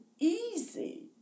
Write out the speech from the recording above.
easy